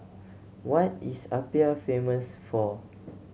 what is Apia famous for